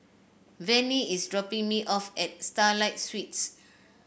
Vannie is dropping me off at Starlight Suites